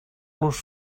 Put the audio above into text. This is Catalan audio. los